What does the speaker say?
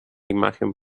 imagen